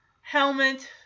helmet